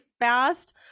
fast